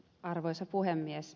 arvoisa puhemies